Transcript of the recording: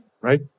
Right